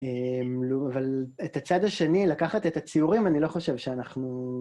אבל את הצד השני, לקחת את הציורים, אני לא חושב שאנחנו...